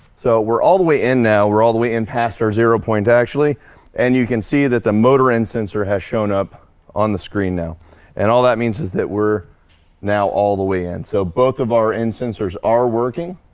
so we're all the way in now, we're all the way in past our zero point actually and you can see that the motor end sensor has shown up on the screen now and all that means is that we're now all the way in. so both of our in sensors are working